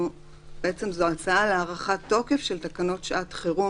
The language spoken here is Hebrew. זו הצעה להארכת תוקף של תקנות שעת חירום